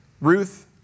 Ruth